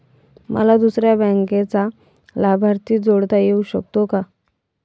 मला दुसऱ्या बँकेचा लाभार्थी जोडता येऊ शकतो का?